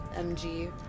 MG